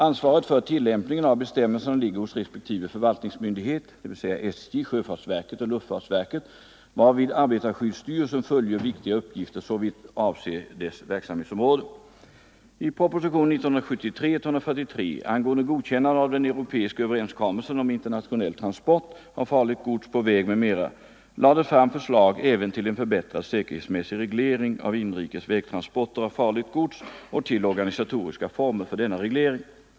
Ansvaret för tillämpningen av bestämmelserna ligger hos respektive förvaltningsmyndighet, dvs. SJ, sjöfartsverket och luftfartsverket, varvid arbetarskyddsstyrelsen fullgör viktiga uppgifter såvitt avser dess verksamhetsområde: överenskommelsen om internationell transport av farligt gods på väg m.m. lades fram förslag även till en förbättrad säkerhetsmässig reglering av inrikes vägtransporter av farligt gods och till organisatoriska former för denna reglering.